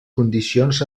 condicions